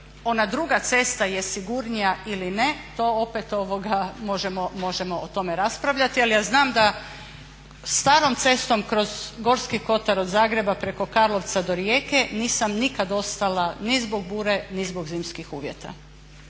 ona druga cesta je sigurnija ili ne, to opet možemo o tome raspravljati. Ali ja znam da starom cestom kroz Gorski Kotar od Zagreba preko Karlovca do Rijeke nisam nikada ostala ni zbog bure ni zbog zimskih uvjeta